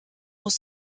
muss